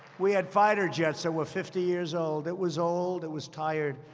we had fighter jets that were fifty years old. it was old, it was tired.